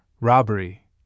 robbery